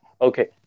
Okay